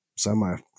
semi